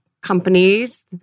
companies